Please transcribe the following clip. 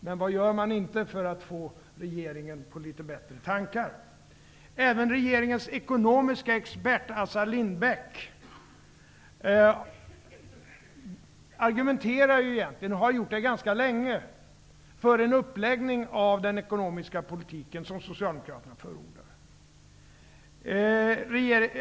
Men vad gör man inte för att få regeringen på litet bättre tankar. Lindbeck, argumenterar egentligen, och har gjort det ganska länge, för en sådan uppläggning av den ekonomiska politiken som Socialdemokraterna förordar.